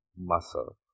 muscle